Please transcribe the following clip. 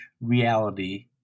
reality